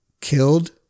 Killed